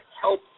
help